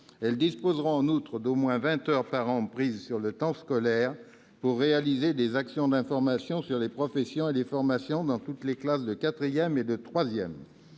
Elles disposeront en outre d'au moins vingt heures par an prises sur le temps scolaire pour réaliser des actions d'information sur les professions et les formations dans toutes les classes de quatrième